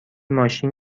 ماشین